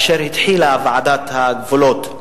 קיבלו סטודנטים מהפריפריה שלא עמדו בתנאי הסף של קבלה לפקולטה